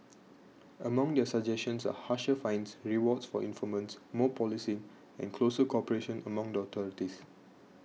among their suggestions are harsher fines rewards for informants more policing and closer cooperation among the authorities